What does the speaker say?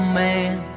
man